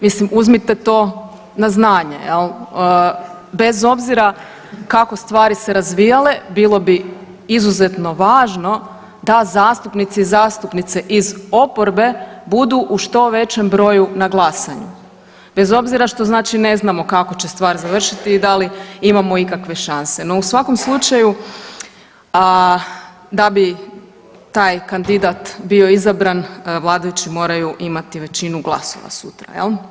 Mislim, uzmite to na znanje, jel, bez obzira kako stvari se razvijale, bilo bi izuzetno važno da zastupnici i zastupnice iz oporbe budu u što većem broju na glasanju, bez obzira što znači ne znamo kako će se stvar završit, da li imamo ikakve šanse, no u svakom slučaju, da bi taj kandidat bio izabran, vladajući moraju imati većinu glasova sutra, jel.